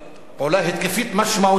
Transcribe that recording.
אולי התקפית משמעותית.